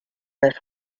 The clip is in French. neuf